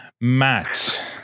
Matt